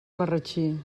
marratxí